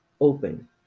open